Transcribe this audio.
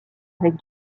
avec